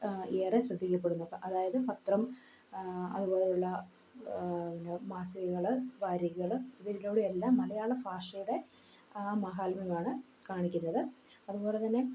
ഏറെ ശ്രദ്ധിക്കപ്പെടുന്നു അതായത് പത്രം അതുപോലുള്ള മാസികകൾ വാരികകൾ ഇതിലൂടെയെല്ലാം മലയാള ഫാഷയുടെ ആ മഹാത്മ്യമാണ് കാണിക്കുന്നത് അതുപോലെ തന്നെ